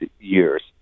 years